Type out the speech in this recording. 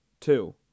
Two